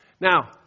Now